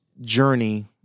journey